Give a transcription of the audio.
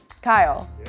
Kyle